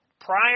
prior